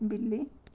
ਬਿੱਲੀ